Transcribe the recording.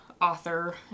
author